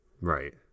Right